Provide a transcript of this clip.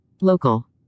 local